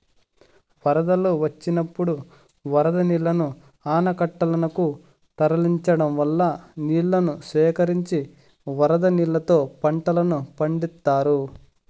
వరదలు వచ్చినప్పుడు వరద నీళ్ళను ఆనకట్టలనకు తరలించడం వల్ల నీళ్ళను సేకరించి వరద నీళ్ళతో పంటలను పండిత్తారు